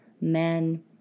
men